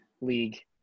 league